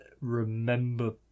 remember